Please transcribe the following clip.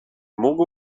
mógł